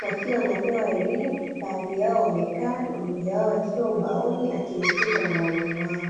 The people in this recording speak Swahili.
wakiwa wanapewa elimu baadhi yao wamekaa na mmoja wao akiwa ubaoni akielekezwa na mwalimu wao.